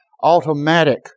automatic